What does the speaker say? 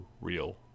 real